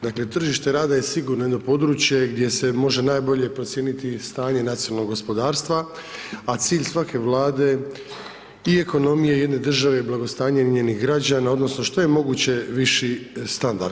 Dakle tržište rada je sigurno jedno područje gdje se može najbolje procijeniti stanje nacionalnog gospodarstva a cilj svake Vlade i ekonomije jedne države je blagostanja njenih građana odnosno što je moguće viši standard.